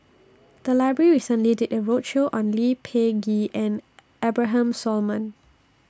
The Library recently did A roadshow on Lee Peh Gee and Abraham Solomon